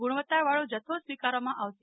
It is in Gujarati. ગુણવત્તા વાળી જથ્થો જ સ્વીકારવામાં આવશે